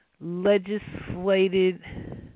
legislated